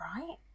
Right